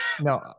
No